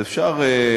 אז אפשר,